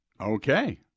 Okay